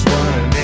one